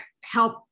help